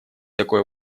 такой